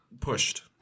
Pushed